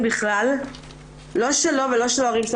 לא שלו ולא של ההורים שלו.